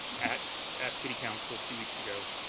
at at city council two weeks ago.